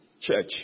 church